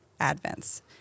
advents